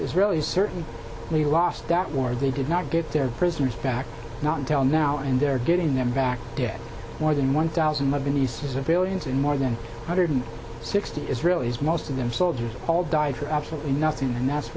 israelis certainly lost that war they did not get to prisoners back not until now and they're getting them back dead more than one thousand lebanese civilians and more than one hundred sixty israelis most of them soldiers all died for absolutely nothing and that's